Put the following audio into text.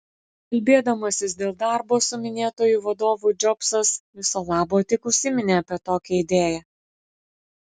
kalbėdamasis dėl darbo su minėtuoju vadovu džobsas viso labo tik užsiminė apie tokią idėją